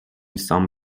some